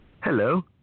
Hello